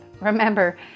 Remember